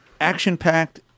action-packed